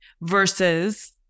versus